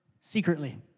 secretly